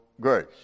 grace